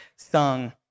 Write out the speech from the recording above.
sung